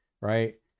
right